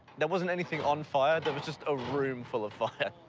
there wasn't anything on fire. there was just a room full of fire.